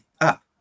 up